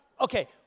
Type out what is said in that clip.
Okay